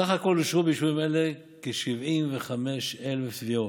סך הכול אושרו ביישובים אלה כ-75,000 תביעות.